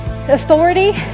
Authority